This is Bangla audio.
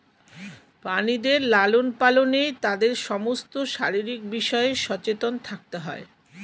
প্রাণীদের লালন পালনে তাদের সমস্ত শারীরিক বিষয়ে সচেতন থাকতে হয়